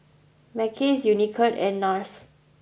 Mackays Unicurd and Nars